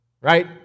right